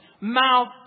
mouth